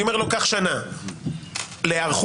אני אומר לו קח שנה להיערכות,